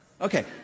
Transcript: Okay